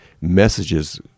messages